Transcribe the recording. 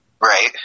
right